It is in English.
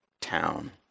town